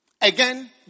Again